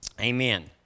Amen